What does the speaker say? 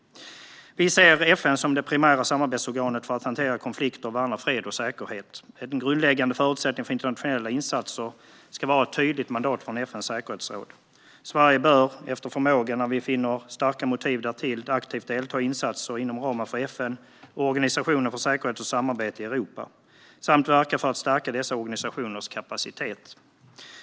Vi ser FN som det primära samarbetsorganet för att hantera konflikter och värna fred och säkerhet. En grundläggande förutsättning för internationella insatser ska vara ett tydligt mandat från FN:s säkerhetsråd. Sverige bör efter förmåga, när vi finner starka motiv för det, aktivt delta i insatser inom ramen för FN och Organisationen för säkerhet och samarbete i Europa samt verka för att stärka dessa organisationers kapacitet.